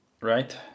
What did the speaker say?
Right